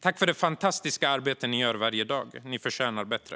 Tack för det fantastiska arbete ni gör varje dag! Ni förtjänar bättre.